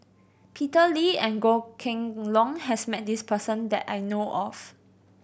Peter Lee and Goh Kheng Long has met this person that I know of